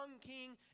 king